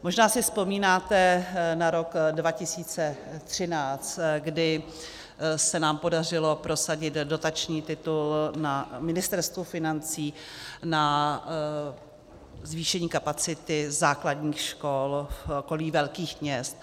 Možná si vzpomínáte na rok 2013, kdy se nám podařilo prosadit dotační titul na Ministerstvu financí na zvýšení kapacity základních škol v okolí velkých měst.